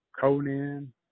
Conan